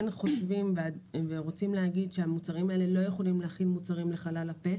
חושבים ורוצים להגיד שהמוצרים האלה לא יכולים להכיל מוצרים לחלל הפה.